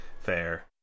fair